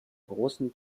großen